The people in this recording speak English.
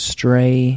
Stray